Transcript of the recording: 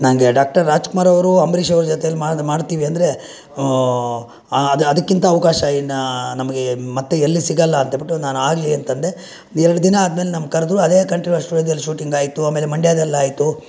ನನಗೆ ಡಾಕ್ಟರ್ ರಾಜ್ಕುಮಾರ್ ಅವರು ಅಂಬರೀಶವ್ರು ಜೊತೆಯಲ್ಲಿ ಮಾಡ್ತೀವಿ ಅಂದರೆ ಅದು ಅದಕ್ಕಿಂತ ಅವಕಾಶ ಇನ್ನ ನಮಗೆ ಮತ್ತೆ ಎಲ್ಲೂ ಸಿಗಲ್ಲ ಅಂತ ಹೇಳ್ಬಿಟ್ಟು ನಾನು ಆಗಲಿ ಅಂತಂದೆ ಒಂದು ಎರಡು ದಿನ ಆದ್ಮೇಲೆ ನಮ್ಮನ್ನ ಕರೆದ್ರು ಅದೇ ಕಂಠೀರವ ಸ್ಟುಡಿಯೋದಲ್ಲಿ ಶೂಟಿಂಗಾಯಿತು ಆಮೇಲೆ ಮಂಡ್ಯಾದಲ್ಲಾಯಿತು